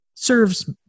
serves